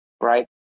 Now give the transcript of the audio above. right